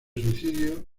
suicidio